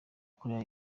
koreya